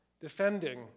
defending